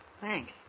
Thanks